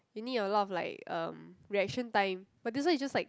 you need a lot of like um reaction time but this one is just like